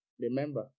Remember